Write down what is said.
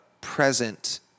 present